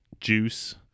juice